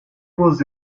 was